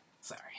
sorry